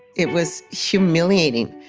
it was humiliating.